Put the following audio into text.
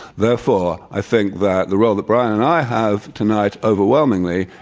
therefore, i think that the role that brian and i have tonight, overwhelmingly,